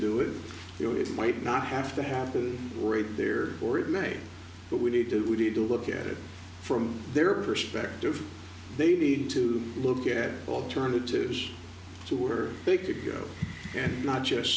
do it you know it might not have to have it right there or it may but we need to we need to look at it from their perspective they need to look at alternatives to or they could go and not just